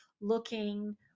looking